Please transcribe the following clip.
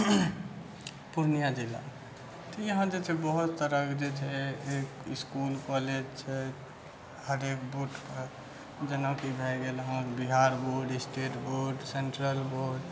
पूर्णिया जिला तऽ यहाँ जे छै बहुत सारा जे छै इसकुल कॉलेज छै हरेक बोर्ड के जेनाकी भए गेल अहाँके Bihar board state board central board